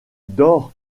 dort